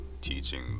teaching